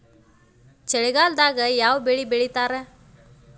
ಚಳಿಗಾಲದಾಗ್ ಯಾವ್ ಬೆಳಿ ಬೆಳಿತಾರ?